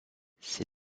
ces